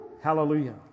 Hallelujah